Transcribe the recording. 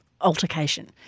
altercation